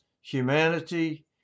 humanity